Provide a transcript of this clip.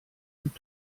und